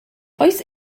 oes